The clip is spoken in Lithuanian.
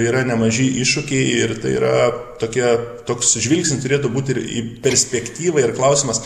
yra nemaži iššūkiai ir tai yra tokia toks žvilgsnis turėtų būt ir į perspektyvą ir klausimas